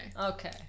Okay